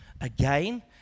again